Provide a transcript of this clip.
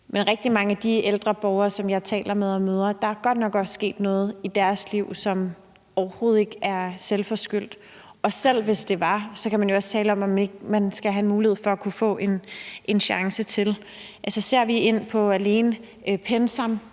for rigtig mange af de ældre borgere, som jeg taler med og møder, er der godt nok også sket noget i deres liv, som overhovedet ikke er selvforskyldt. Og selv hvis det var, kan man jo også tale om, om der ikke skal være en mulighed for at kunne få en chance til. Altså, ser vi alene på PenSam,